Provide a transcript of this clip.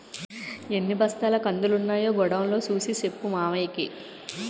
ఎన్ని బస్తాల కందులున్నాయో గొడౌన్ లో సూసి సెప్పు మావయ్యకి